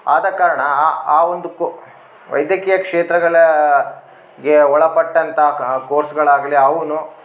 ಆದ ಕಾರಣ ಆ ಆ ಒಂದಕ್ಕೂ ವೈದ್ಯಕೀಯ ಕ್ಷೇತ್ರಗಳ ಗೆ ಒಳಪಟ್ಟಂಥ ಕೋರ್ಸ್ಗಾಗಳಾಗಲಿ ಅವು